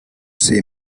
see